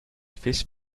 fish